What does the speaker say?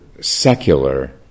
secular